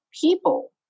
people